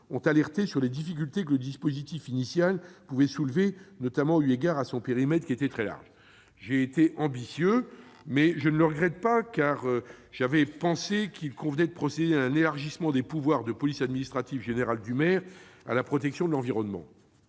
m'ont alerté sur les difficultés que le dispositif initial pouvait soulever, notamment eu égard à son périmètre, qui était très large. J'avais été ambitieux, mais je ne le regrette pas ; j'avais pensé qu'il convenait de procéder à un élargissement, à la protection de l'environnement,